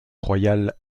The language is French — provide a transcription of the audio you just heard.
royale